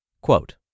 Quote